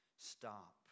stop